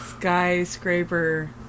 Skyscraper